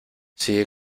sigue